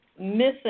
missing